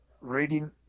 reading